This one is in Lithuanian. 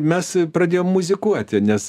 mes pradėjom muzikuoti nes